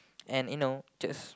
and you know just